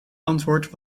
antwoord